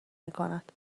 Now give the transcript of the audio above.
میکند